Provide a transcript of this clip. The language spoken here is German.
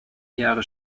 jahre